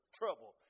trouble